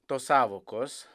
tos sąvokos